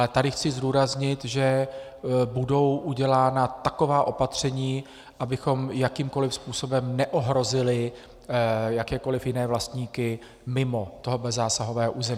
Ale tady chci zdůraznit, že budou udělána taková opatření, abychom jakýmkoliv způsobem neohrozili jakékoliv jiné vlastníky mimo tohoto zásahového území.